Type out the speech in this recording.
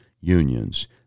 unions